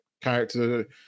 character